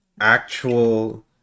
actual